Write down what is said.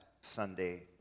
Sunday